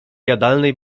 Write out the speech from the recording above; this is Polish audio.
jadalnej